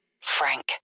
Frank